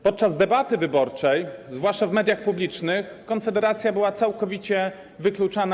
Podczas debaty wyborczej, zwłaszcza w mediach publicznych, Konfederacja była całkowicie wykluczana.